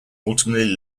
ultimately